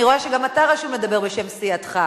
אני רואה שגם אתה רשום לדבר בשם סיעתך.